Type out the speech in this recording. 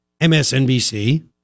MSNBC